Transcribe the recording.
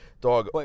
Dog